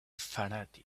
fanatic